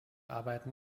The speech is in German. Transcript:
arbeiten